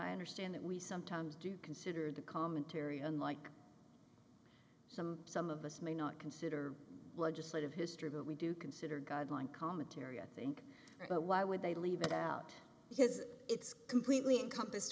i understand that we sometimes do consider the commentary unlike some some of us may not consider legislative history but we do consider godling commentary i think but why would they leave it out because it's completely encompass